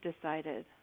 decided